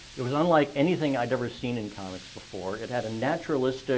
it was unlike anything i'd ever seen in comics before. it had a naturalistic